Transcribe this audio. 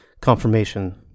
confirmation